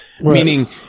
meaning